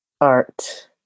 art